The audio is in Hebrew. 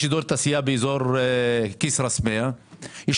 יש אזור תעשייה באזור כסרא סמיע יש